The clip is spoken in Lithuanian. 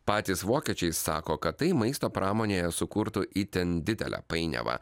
patys vokiečiai sako kad tai maisto pramonėje sukurtų itin didelę painiavą